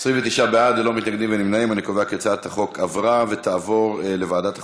התשע"ז 2017, לוועדת החוקה,